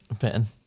Ben